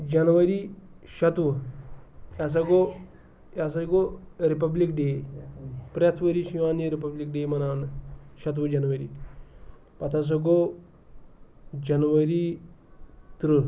جَنؤری شَتوُہ یہِ ہَسا گوٚو یہِ ہَسا گوٚو رِپَبلِک ڈے پرٛٮ۪تھ ؤری چھِ یِوان یہِ رِپَبلِک ڈے مَناونہٕ شَتوُہ جَنؤری پَتہٕ ہَسا گوٚو جَنؤری تٕرٛہ